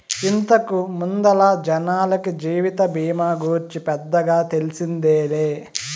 ఇంతకు ముందల జనాలకి జీవిత బీమా గూర్చి పెద్దగా తెల్సిందేలే